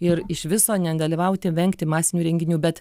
ir iš viso nedalyvauti vengti masinių renginių bet